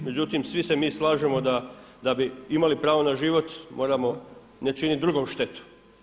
Međutim, svi se mi slažemo da bi imali pravo na život moramo ne činit drugom štetu.